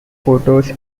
photos